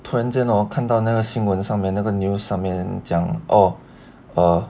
突然间 hor 看到那个新闻上面那个 news 上面讲哦